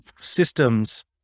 systems